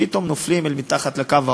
פתאום הם נופלים אל מתחת לקו העוני.